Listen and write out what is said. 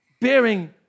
bearing